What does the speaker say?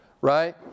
right